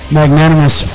magnanimous